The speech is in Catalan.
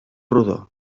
rodó